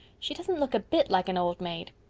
she doesn't look a bit like an old maid.